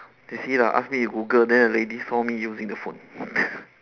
eh see lah ask me to google then the lady saw me using the phone